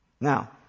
Now